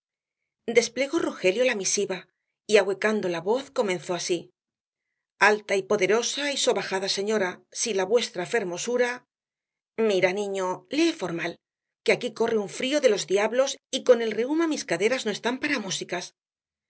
desplegó rogelio la misiva y ahuecando la voz comenzó así alta y poderosa y sobajada señora si la vuestra fermosura mira niño lee formal que aquí corre un frío de los diablos y con el reuma mis caderas no están para músicas